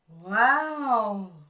Wow